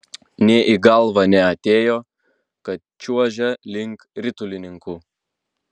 nė į galvą neatėjo kad čiuožia link ritulininkų